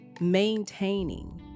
maintaining